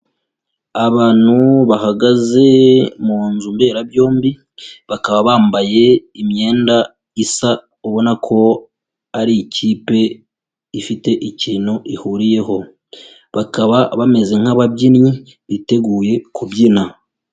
Abantu bahagaze mu nzu mberabyombi, bakaba bambaye imyenda isa, ubona ko ari ikipe ifite ikintu ihuriyeho, bakaba bameze nk'ababyinnyi biteguye kubyina.